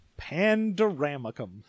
Pandoramicum